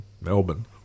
Melbourne